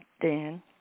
Dan